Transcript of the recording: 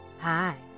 Hi